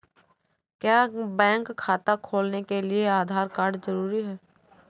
क्या बैंक खाता खोलने के लिए आधार कार्ड जरूरी है?